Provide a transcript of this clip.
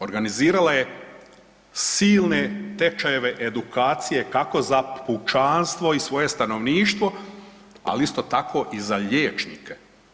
Organizirala je silne tečajeve, edukacije kako za pučanstvo i svoje stanovništvo, ali isto tako i za liječnike.